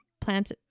plant